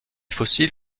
fossiles